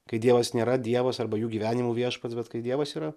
kai dievas nėra dievas arba jų gyvenimo viešpats bet kai dievas yra